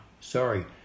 Sorry